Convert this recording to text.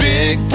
Big